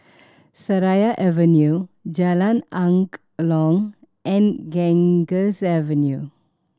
Seraya Avenue Jalan Angklong and Ganges Avenue